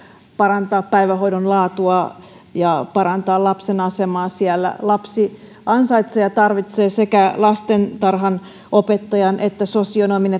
parantaa päivähoidon laatua ja parantaa lapsen asemaa siellä lapsi ansaitsee sen ja tarvitsee sekä lastentarhanopettajan sosionomin